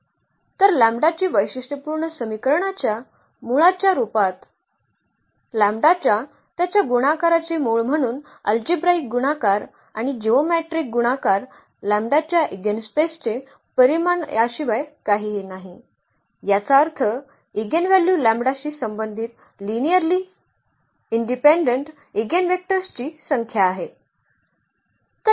तर लॅम्बडाची वैशिष्ट्यपूर्ण समीकरणाच्या मुळाच्या रूपात लॅम्बडाच्या त्याच्या गुणाकाराचे मूळ म्हणून अल्जेब्राईक गुणाकार आणि जिओमेट्रीक गुणाकार लॅम्बडाच्या इगेनस्पेसचे परिमाण याशिवाय काहीही नाही याचा अर्थ इगेनव्ह्ल्यू लॅम्बडाशी संबंधित लिनिअर्ली इंडिपेंडेंट इगेनवेक्टर्सची संख्या आहे